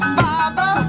father